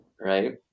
right